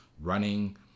running